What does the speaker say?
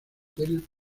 del